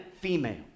female